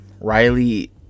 riley